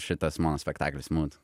šitas mano spektaklis mūd